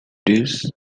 this